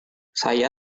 saya